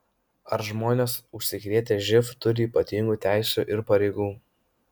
ar žmonės užsikrėtę živ turi ypatingų teisių ir pareigų